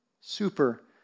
Super